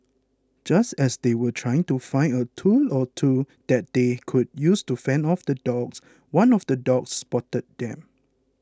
just as they were trying to find a tool or two that they could use to fend off the dogs one of the dogs spotted them